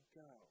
go